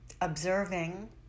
observing